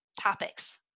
topics